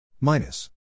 minus